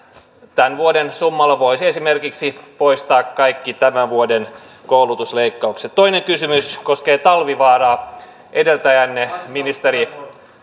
tämän vuoden summalla voisi esimerkiksi poistaa kaikki tämän vuoden koulutusleikkaukset toinen kysymys koskee talvivaaraa edeltäjänne ministeri